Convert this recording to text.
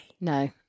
No